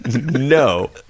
No